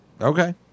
Okay